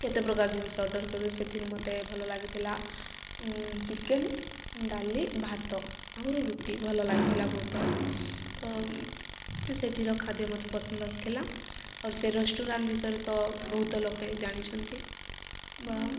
କେତେ ପ୍ରକାର ଜିନିଷ ଅର୍ଡ଼ର୍ କର ସେଥିରୁ ମୋତେ ଭଲ ଲାଗିଥିଲା ଚିକେନ୍ ଡାଲି ଭାତ ଆହୁରି ରୁଟି ଭଲ ଲାଗିଥିଲା ବହୁତ ତ ସେଠିର ଖାଦ୍ୟ ମୋତେ ପସନ୍ଦ ଆସିଥିଲା ଆଉର୍ ସେ ରେଷ୍ଟୁରାଣ୍ଟ ବିଷୟରେ ତ ବହୁତ ଲୋକେ ଜାଣିଛନ୍ତି ବା